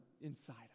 inside